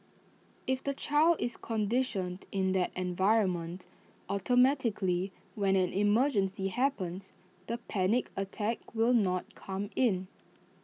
if the child is conditioned in that environment automatically when an emergency happens the panic attack will not come in